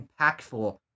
impactful